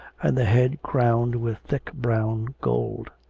and the head crowned with thick brown gold.